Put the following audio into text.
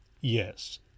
Yes